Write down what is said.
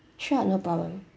sure no problem